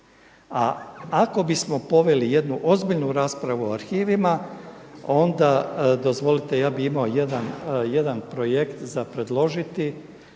A ako bismo poveli jednu ozbiljnu raspravu o arhivima, onda dozvolite ja bih imao jedan projekt za predložiti